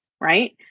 right